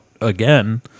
again